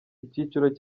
icyiciro